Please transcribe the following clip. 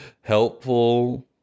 helpful